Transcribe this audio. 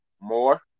more